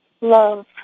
love